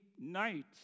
night